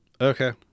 Okay